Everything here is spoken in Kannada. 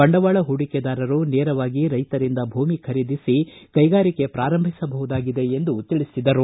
ಬಂಡವಾಳ ಪೂಡಿಕೆದಾರರು ನೇರವಾಗಿ ರೈಶರಿಂದ ಭೂಮಿ ಖರೀದಿಸಿ ಕೈಗಾರಿಕೆ ಪ್ರಾರಂಭಿಸಬಹುದಾಗಿದೆ ಎಂದು ತಿಳಿಸಿದರು